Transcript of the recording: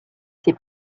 ses